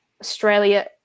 Australia